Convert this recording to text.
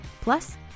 Plus